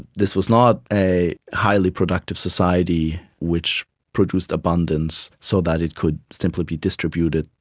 this was not a highly productive society which produced abundance so that it could simply be distributed,